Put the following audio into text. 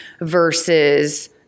versus